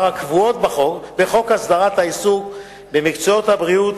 הקבועות בחוק הסדרת העיסוק במקצועות הבריאות,